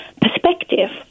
perspective